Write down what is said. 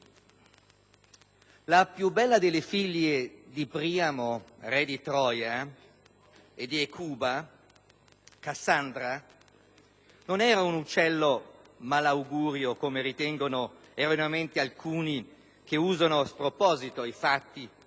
la più bella delle figlie di Priamo, re di Troia, e di Ecuba, Cassandra, non era un uccello del malaugurio, come ritengono erroneamente alcuni che usano a sproposito i fatti